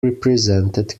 represented